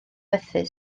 fethu